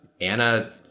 Anna